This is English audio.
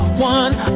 one